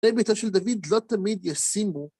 ‫למיטה של דוד לא תמיד ישימו